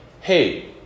hey